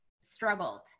struggled